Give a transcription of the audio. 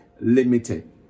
limited